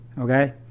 Okay